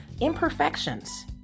imperfections